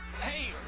Hey